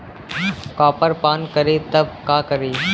Copper पान करी तब का करी?